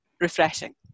refreshing